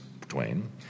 Twain